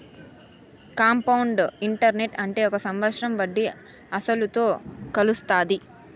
compound interest అంటే ఒక సంవత్సరం వడ్డీ అసలుతో కలుత్తాది